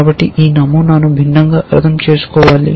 కాబట్టి ఈ నమూనాను భిన్నంగా అర్థం చేసుకోవాలి